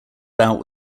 bout